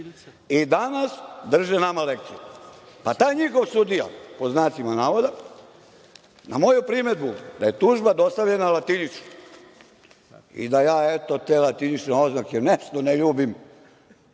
i danas drže nama lekciju. Taj njihov sudija, pod znacima navoda, na moju primedbu, da je tužba dostavljena latinično i da ja te latinične oznake nešto ne ljubim,